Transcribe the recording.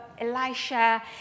Elisha